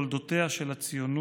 בתולדותיה של הציונות,